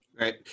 Right